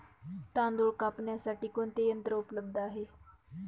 तांदूळ कापण्यासाठी कोणते यंत्र उपलब्ध आहे?